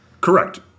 Correct